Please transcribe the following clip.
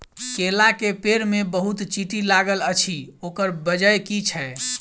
केला केँ पेड़ मे बहुत चींटी लागल अछि, ओकर बजय की छै?